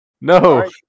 No